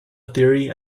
theory